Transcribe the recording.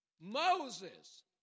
Moses